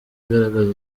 igaragaza